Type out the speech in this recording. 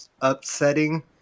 upsetting